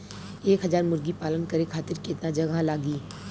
एक हज़ार मुर्गी पालन करे खातिर केतना जगह लागी?